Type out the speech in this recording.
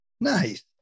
Nice